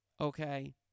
okay